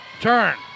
Turn